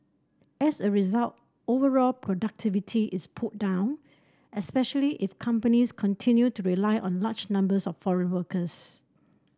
as a result overall productivity is pulled down especially if companies continue to rely on large numbers of foreign workers